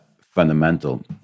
fundamental